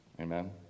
Amen